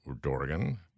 Dorgan